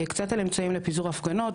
קצת על אמצעים לפיזור הפגנות,